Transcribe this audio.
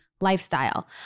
lifestyle